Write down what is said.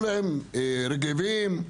"רגבים",